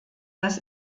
dass